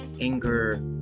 anger